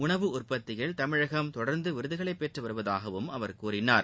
உணவு உற்பத்தியில் தமிழகம் தொடர்ந்து விருதுகளை பெற்று வருவதாகவும் அவர் கூழினார்